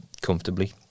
comfortably